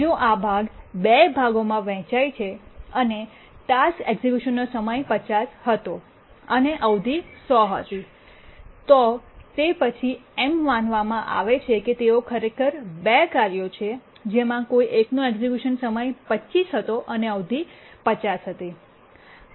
જો આ ભાગ ૨ ભાગોમાં વહેંચાય છે અને ટાસ્ક એક્ઝેક્યુશનનો સમય 50 હતો અને અવધિ 100 હતી તો તે પછી એમ માનવામાં આવે છે કે તેઓ ખરેખર ૨ કાર્યો છે જેમાં કોઇ એકનો એક્ઝેક્યુશનનો સમય 25 હતો અને અવધિ 50 હતી